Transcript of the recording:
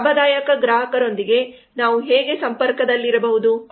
ನಮ್ಮ ಲಾಭದಾಯಕ ಗ್ರಾಹಕರೊಂದಿಗೆ ನಾವು ಹೇಗೆ ಸಂಪರ್ಕದಲ್ಲಿರಬಹುದು